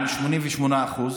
על 88%,